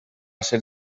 ser